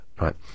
Right